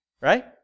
Right